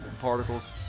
particles